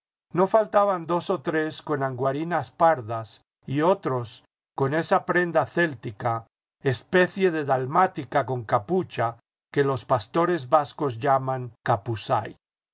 no faltaban dos o tres con anguarinas pardas y otros con esa prenda céltica especie de dalmática con capucha que los pastores vascos llaman capusay